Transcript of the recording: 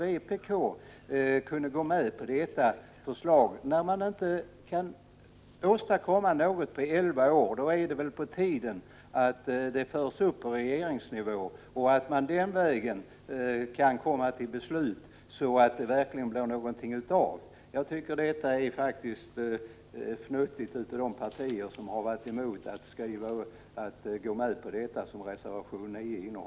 vpk, kunde gå med på detta förslag. När kommissionen inte har kunnat åstadkomma någonting på elva år är det på tiden att frågan förs upp på regeringsnivå, så att man den vägen kan komma fram till ett beslut och det verkligen blir resultat. Det är futtigt att två partier inte har kunnat gå med på förslaget i reservation 9.